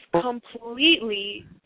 completely